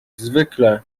zwykle